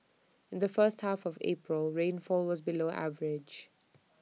in the first half of April rainfall was below average